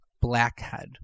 blackhead